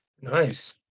Nice